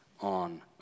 on